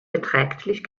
beträchtlich